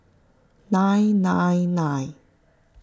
nine nine nine